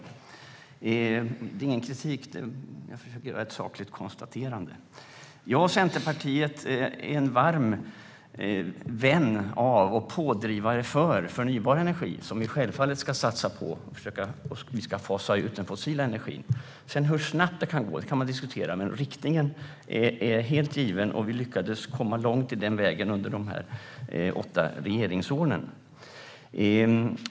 Detta är ingen kritik utan mer ett sakligt konstaterande. Jag och Centerpartiet är varma vänner av och pådrivare för förnybar energi, som vi självfallet ska satsa på när vi ska försöka fasa ut den fossila energin. Hur snabbt det kan gå kan man diskutera, men riktningen är helt given. Vi lyckades komma långt på vägen under de åtta regeringsåren.